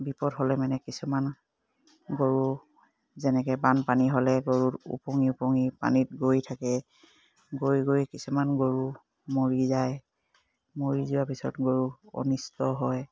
বিপদ হ'লে মানে কিছুমান গৰু যেনেকৈ বানপানী হ'লে গৰু উপঙি উপঙি পানীত গৈ থাকে গৈ গৈ কিছুমান গৰু মৰি যায় মৰি যোৱাৰ পিছত গৰু অনিষ্ট হয়